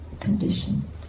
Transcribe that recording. condition